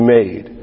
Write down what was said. made